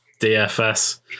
DFS